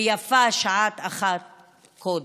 ויפה שעה אחת קודם.